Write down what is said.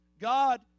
God